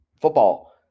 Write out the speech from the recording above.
football